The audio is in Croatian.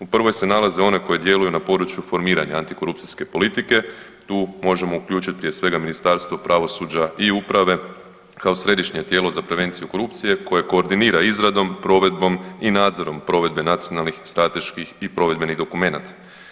U prvoj se nalaze one koje djeluju na području formiranja antikorupcijske politike, tu možemo uključiti prije svega Ministarstvo pravosuđa i uprave kao središnje tijelo za prevenciju korupcije koje koordinira izradom, provedbom i nadzorom provedbe nacionalnih strateških i provedbenih dokumenata.